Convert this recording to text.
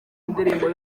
indirimbo